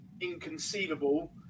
inconceivable